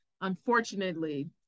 unfortunately